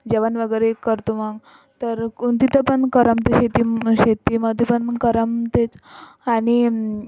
जेवण वगैरे करतो मग तर तिथं पण करमते शेतीम शेतीमध्ये पण मग करमतेच आणि